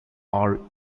are